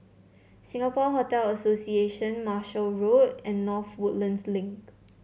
Singapore Hotel Association Marshall Road and North Woodlands Link